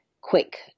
quick